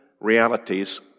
realities